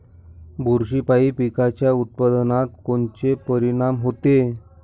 बुरशीपायी पिकाच्या उत्पादनात कोनचे परीनाम होते?